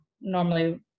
Normally